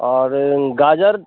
और गाजर